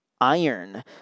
Iron